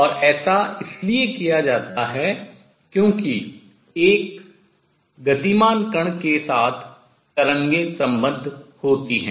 और ऐसा इसलिए किया जाता है क्योंकि एक गतिमान कण के साथ तरंगें सबंद्ध होती हैं